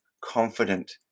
confident